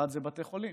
אחד זה בתי חולים.